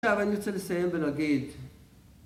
אבל אני רוצה לסיים ולהגיד